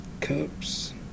Cups